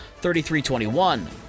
33-21